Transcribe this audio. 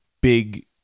big